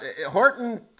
horton